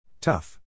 Tough